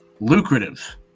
lucrative